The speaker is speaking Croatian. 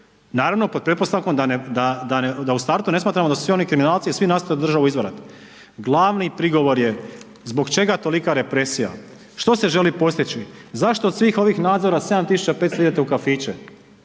naravno pod pretpostavkom da ne, da u startu ne smatramo da su svi oni kriminalci i svi nastoje državu izvarati. Glavni prigovor je zbog čega tolika represija, što se želi postići, zašto od svih ovih nadzora 7.500 idete u kafiće,